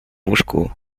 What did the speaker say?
łóżku